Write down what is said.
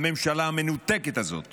הממשלה המנותקת הזאת